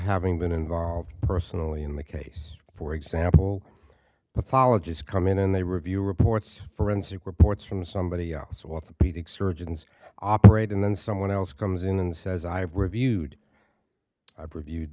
having been involved personally in the case for example pathologists come in and they review reports forensic reports from somebody else orthopaedic surgeons operate and then someone else comes in and says i've reviewed i've reviewed